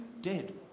dead